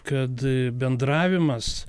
kad bendravimas